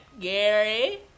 Gary